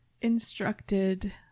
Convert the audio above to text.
instructed